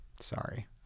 Sorry